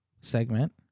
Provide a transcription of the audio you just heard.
segment